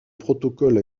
protocole